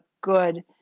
good